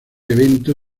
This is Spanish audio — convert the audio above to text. evento